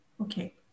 Okay